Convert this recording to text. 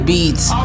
Beats